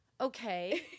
Okay